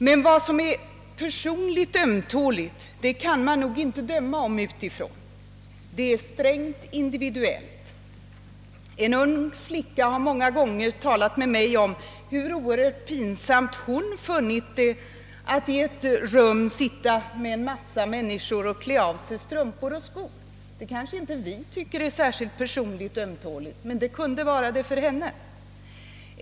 Men vad som är personligt ömtåligt kan man nog inte utifrån döma om. Det är strängt individuellt. En ung flicka har många gånger talat med mig om hur oerhört pinsamt hon funnit det vara att sitta i ett rum med en massa andra människor och klä av sig strumpor och skor. Det kanske inte vi tycker är särskilt ömtåligt, men det kunde det vara för henne.